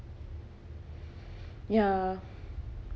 ya